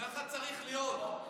ככה צריך להיות.